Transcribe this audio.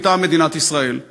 מטעם מדינת ישראל.